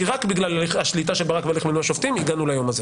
רק בגלל השליטה של ברק בהליך מינוי השופטים הגענו ליום הזה.